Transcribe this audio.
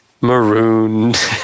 marooned